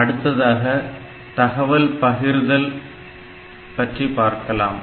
அடுத்ததாக தகவல் பகிர்தலை பற்றி பார்க்கலாம்